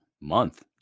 month